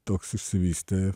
toks išsivystė